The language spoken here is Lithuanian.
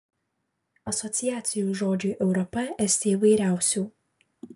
asociacijų žodžiui europa esti įvairiausių